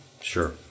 Sure